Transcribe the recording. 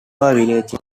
village